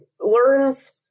learns